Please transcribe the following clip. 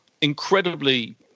incredibly